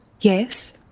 Yes